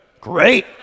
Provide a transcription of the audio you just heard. Great